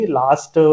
last